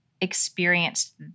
experienced